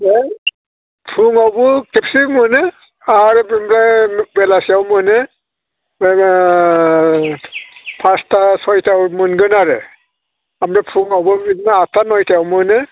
बेवहाय फुङावबो खेबसे मोनो आरो बेनिफ्राय बेलासियावबो मोनो जोङो फासथा सयथायाव मोनगोन आरो ओमफ्राय फुङावबो बिदिनो आदथा नयथायाव मोनो